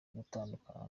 gutandukana